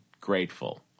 grateful